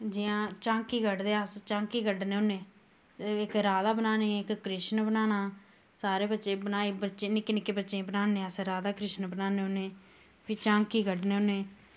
जियां झांकी कड्डदे अस झांकी कड्डने होने अस इस राधा बनानी इक कृष्ण बनाना सारे बच्चे निक्के निक्के बच्चे बनान्ने अस राधा कृष्ण बनान्ने होन्ने फ्हा झांकी कड्ढने होन्ने